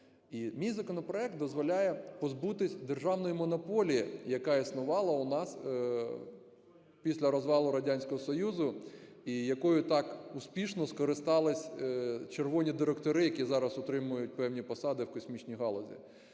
мій законопроект дозволяє позбутись державної монополії, яка існувала у нас після розвалу Радянського Союзу і якою так успішно скористались "червоні директори", які зараз отримують певні посади в космічній галузі.